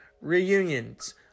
reunions